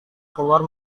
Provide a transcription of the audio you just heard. keluar